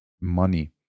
money